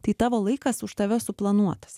tai tavo laikas už tave suplanuotas